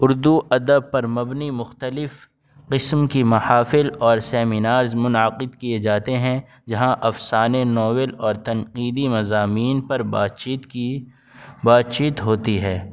اردو ادب پر مبنی مختلف قسم کی محافل اور سیمنارز منعقد کیے جاتے ہیں جہاں افسانے ناول اور تنقیدی مضامین پر بات چیت کی بات چیت ہوتی ہے